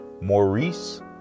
Maurice